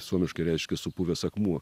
suomiškai reiškia supuvęs akmuo